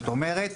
זאת אומרת,